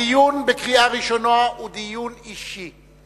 הדיון בקריאה ראשונה הוא דיון אישי.